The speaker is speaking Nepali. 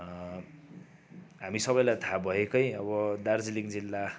हामी सबैलाई थाहा भएकै अब दार्जिलिङ जिल्ला